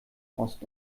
ost